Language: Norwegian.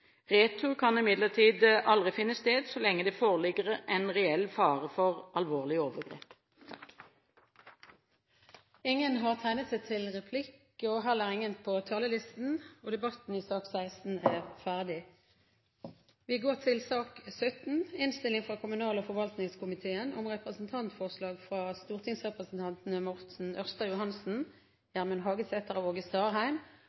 Retur kan imidlertid aldri finne sted så lenge det foreligger en reell fare for alvorlige overgrep. Flere har ikke bedt om ordet til sak nr. 16. Etter ønske fra kommunal- og forvaltningskomiteen